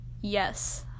yes